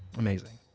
amazing